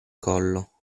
collo